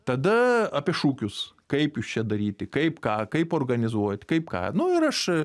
tada apie šūkius kaip juos čia daryti kaip ką kaip organizuot kaip ką nu ir aš